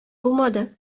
булмады